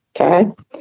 Okay